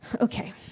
Okay